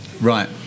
Right